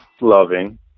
Loving